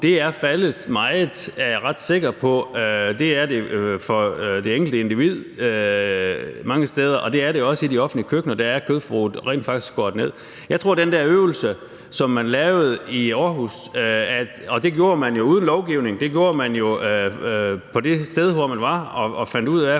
meget mange steder – er jeg ret sikker på – det er det for det enkelte individ, og det er det også i de offentlige køkkener. Der er kødforbruget faktisk skåret ned. Jeg synes jo, at den der øvelse, som man lavede i Aarhus – og det gjorde man jo uden lovgivning, det gjorde man på det sted, hvor man var, og fandt ud af,